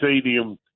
Stadium